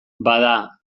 bada